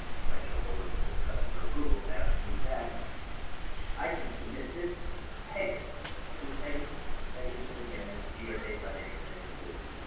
if i jump over to this customer approval tab is that i can submit this to pegasus. what is pegasus? pegasus again is gsa's financial management system.